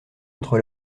entre